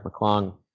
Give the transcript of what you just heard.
McClung